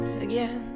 again